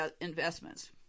investments